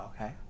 Okay